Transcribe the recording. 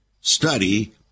study